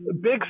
big